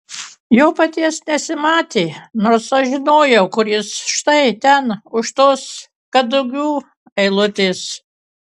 jo paties nesimatė nors aš ir žinojau kur jis štai ten už tos kadugių eilutės